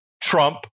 Trump